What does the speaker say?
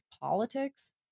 politics